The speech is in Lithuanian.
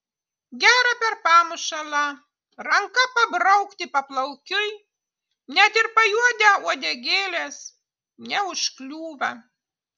gera per pamušalą ranka pabraukti paplaukiui net ir pajuodę uodegėlės neužkliūva